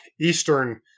eastern